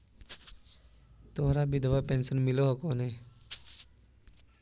तोहरा विधवा पेन्शन मिलहको ने?